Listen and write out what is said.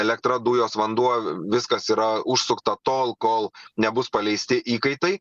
elektra dujos vanduo viskas yra užsukta tol kol nebus paleisti įkaitai